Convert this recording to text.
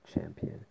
champion